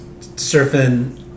surfing